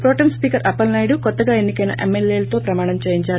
pro tem speaker Appalanaidu కొత్తగా ఎన్పి కైన ఎమ్మెల్యేలతో ప్రమాణం చేయించారు